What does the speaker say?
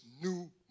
new